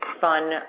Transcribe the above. fun